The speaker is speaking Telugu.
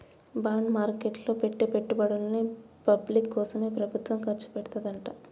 బాండ్ మార్కెట్ లో పెట్టే పెట్టుబడుల్ని పబ్లిక్ కోసమే ప్రభుత్వం ఖర్చుచేత్తదంట